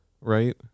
right